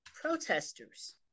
protesters